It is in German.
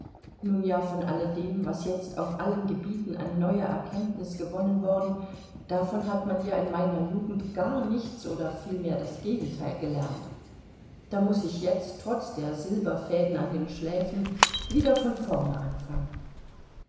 nun ja von alledem was jetzt auf allen gebieten an neuer erkenntnis gewonnen worden davon hat man ja in meiner jugend gar nichts oder vielmehr das gegenteil gelernt da muß ich jetzt trotz der silberfäden an den schläfen wieder von vorne anfangen